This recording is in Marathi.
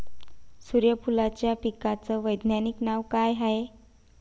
सुर्यफूलाच्या पिकाचं वैज्ञानिक नाव काय हाये?